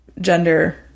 gender